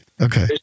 Okay